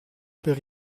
per